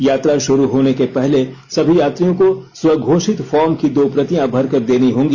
यात्रा शुरू होने के पहले सभी यात्रियों को स्वघोषित फार्म की दो प्रतियां भरकर देनी होंगी